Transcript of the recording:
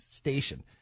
station